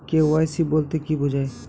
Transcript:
KYC বলতে কি বোঝায়?